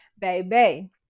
Baby